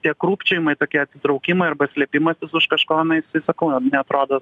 tie krūpčiojimai tokie atsitraukimai arba slėpimasis už kažko na jisai sakau neatrodo